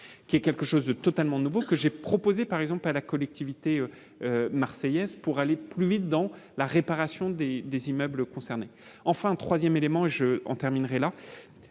y est quelque chose de totalement nouveau que j'ai proposée par exemple par la collectivité marseillaise pour aller plus vite dans la réparation des des immeubles concernés enfin 3ème élément et j'en terminerai là